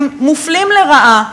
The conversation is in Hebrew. מופלים לרעה,